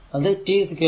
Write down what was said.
അത് t 0